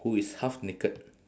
who is half naked